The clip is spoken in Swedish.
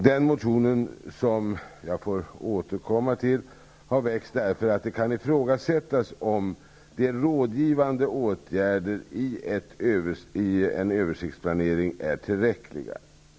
Denna motion, som jag får återkomma till, har väckts därför att det kan ifrågasättas om rådgivande åtgärder i en översiktsplanering är tillräckliga.